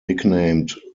nicknamed